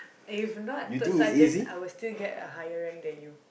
if not third sergeant I will still get a higher rank than you